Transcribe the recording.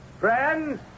Friends